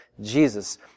Jesus